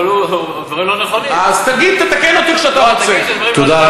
אבל ביטול ההסדר הקבוצתי והפקרת קשישים ללא ביטוח סיעודי,